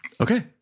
Okay